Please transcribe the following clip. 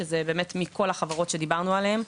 שזה מכל החברות שדיברנו עליהם.